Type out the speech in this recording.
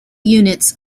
units